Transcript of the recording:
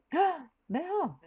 !huh! then how